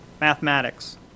Mathematics